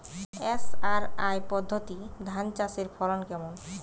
SRI পদ্ধতি ধান চাষের ফলন কেমন?